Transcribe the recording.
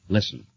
Listen